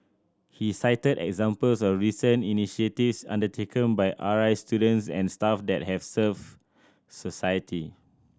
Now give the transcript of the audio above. he cited examples of recent initiatives undertaken by R I students and staff that have served society